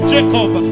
Jacob